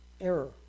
error